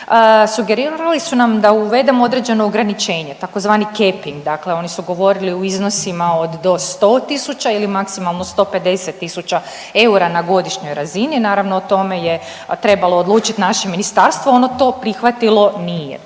sugerirali su nam da uvedemo određeno ograničenje tzv. keeping dakle ono su govorili u iznosima od do 100 tisuća ili maksimalno 150 tisuća eura na godišnjoj razini. Naravno o tome je trebalo odlučiti naše ministarstvo, ono to prihvatilo nije.